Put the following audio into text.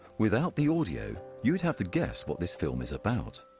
without the audio, you would have to guess what this film is about.